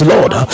Lord